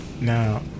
Now